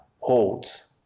holds